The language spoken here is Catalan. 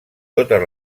totes